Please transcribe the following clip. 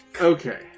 Okay